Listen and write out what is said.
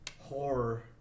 horror